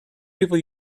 people